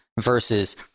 versus